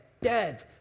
dead